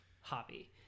hobby